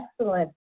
excellent